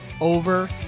over